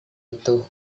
itu